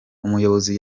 umuyobozi